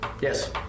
Yes